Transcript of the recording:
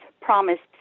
promised